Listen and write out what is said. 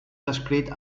descrit